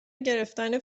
گرفتن